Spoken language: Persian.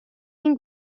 این